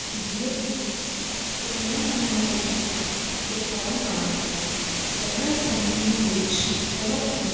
ਜਿਵੇਂ ਕਿ ਕਰੋਨਾ ਮਹਾਂਮਾਰੀ ਦੇ ਆਉਣ ਨਾਲ ਪਹਿਲਾਂ ਸਮੇਂ ਵਿੱਚ ਬਹੁਤ ਹੀ